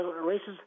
races